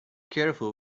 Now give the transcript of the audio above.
careful